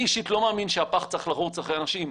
אני אישית לא מאמין שהפח צריך לרוץ אחרי אנשים.